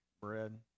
bread